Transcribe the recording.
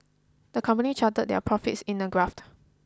the company charted their profits in a graph